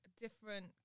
different